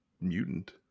mutant